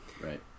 Right